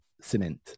cement